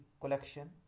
collection